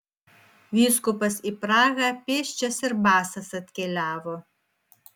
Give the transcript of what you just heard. vyskupas į prahą pėsčias ir basas atkeliavo